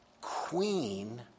queen